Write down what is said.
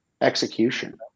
execution